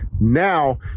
now